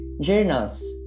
Journals